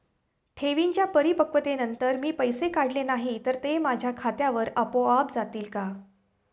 ठेवींच्या परिपक्वतेनंतर मी पैसे काढले नाही तर ते माझ्या खात्यावर आपोआप जातील का?